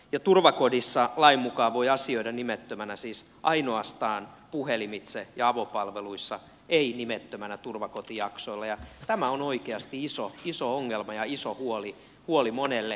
ja turvakodissa lain mukaan voi asioida nimettömänä siis ainoastaan puhelimitse ja avopalveluissa ei nimettömänä turvakotijaksoilla ja tämä on oikeasti iso ongelma ja iso huoli monelle